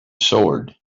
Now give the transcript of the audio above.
sword